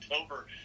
October